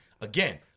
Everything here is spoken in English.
Again